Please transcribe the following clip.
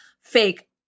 fake